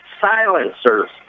silencers